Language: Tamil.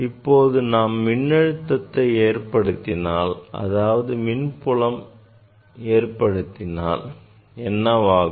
இப்போது நாம் மின்னழுத்தத்தை ஏற்படுத்தினால் அதாவது மின்புலத்தை ஏற்படுத்தினால் என்னவாகும்